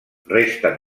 resten